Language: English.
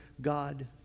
God